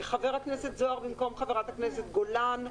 חבר הכנסת זוהר במקום חברת הכנסת גולן,